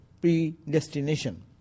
predestination